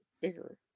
bigger